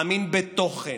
מאמין בתוכן,